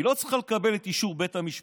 היא לא צריכה לקבל את אישור של בית המשפט.